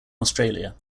australia